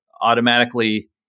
automatically